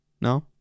No